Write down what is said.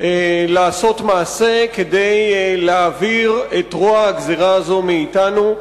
לעשות מעשה כדי להעביר את רוע הגזירה הזאת מאתנו.